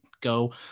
go